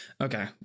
Okay